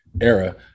era